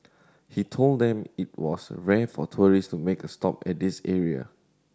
he told them it was rare for tourist to make a stop at this area